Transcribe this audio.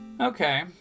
Okay